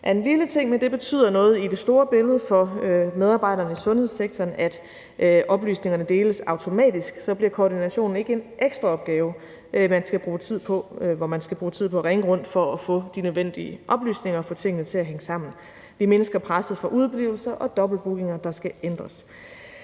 det betyder noget i det store billede for medarbejderne i sundhedssektoren, at oplysningerne deles automatisk, for så bliver koordinationen ikke en ekstra opgave, hvor man skal bruge tid på at ringe rundt for at få de nødvendige oplysninger og få tingene til at hænge sammen. Det mindsker presset som følge af udeblivelser og dobbeltbookinger, der skal ændres.